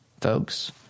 folks